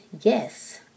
yes